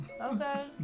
okay